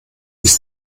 bis